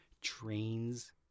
trains